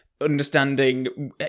Understanding